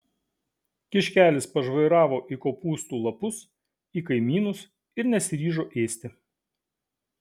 kiškelis pažvairavo į kopūstų lapus į kaimynus ir nesiryžo ėsti